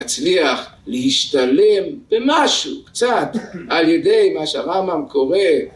הצליח להשתלם במשהו, קצת, על ידי מה שהרמב״ם קורא